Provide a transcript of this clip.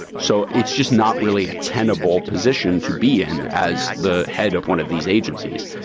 so it's just not really a tenable position to be in as the head of one of these agencies.